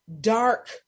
dark